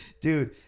Dude